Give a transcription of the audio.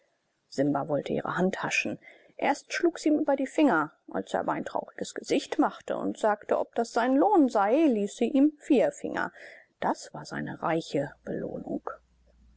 simba wollte ihre hand haschen erst schlug sie ihm über die finger als er aber ein trauriges gesicht machte und sagte ob das sein lohn sei ließ sie ihm vier finger das war seine reiche belohnung